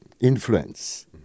influence